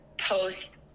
post